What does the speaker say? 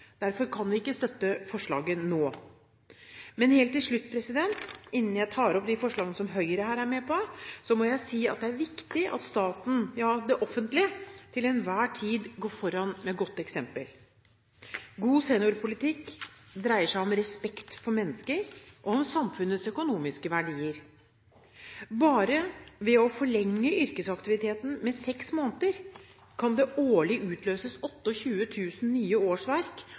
derfor kan vi ikke støtte forslaget nå. Men helt til slutt, innen jeg tar opp det forslaget som Høyre er med på her, må jeg si at det er viktig at staten – ja, det offentlige – til enhver tid går foran med et godt eksempel. God seniorpolitikk dreier seg om respekt for mennesker og om samfunnets økonomiske verdier. Bare ved å forlenge yrkesaktiviteten med seks måneder kan det årlig utløses 28 000 nye årsverk